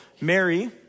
Mary